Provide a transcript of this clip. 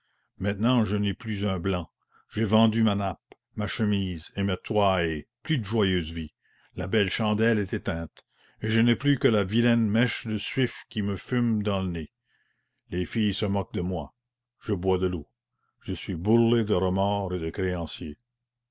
maintenant je n'ai plus un blanc j'ai vendu ma nappe ma chemise et ma touaille plus de joyeuse vie la belle chandelle est éteinte et je n'ai plus que la vilaine mèche de suif qui me fume dans le nez les filles se moquent de moi je bois de l'eau je suis bourrelé de remords et de créanciers